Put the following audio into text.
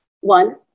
One